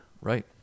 Right